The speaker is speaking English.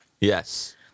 Yes